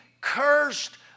cursed